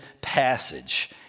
passage